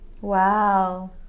wow